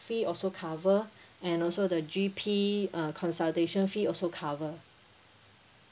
fee also cover and also the G_P uh consultation fee also cover